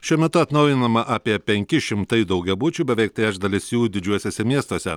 šiuo metu atnaujinama apie penki šimtai daugiabučių beveik trečdalis jų didžiuosiuose miestuose